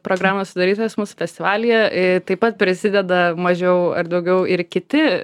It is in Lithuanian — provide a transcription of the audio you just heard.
programos sudarytojas mūsų festivalyje taip pat prisideda mažiau ar daugiau ir kiti